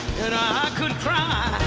and i could cry